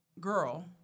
Girl